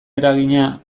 eragina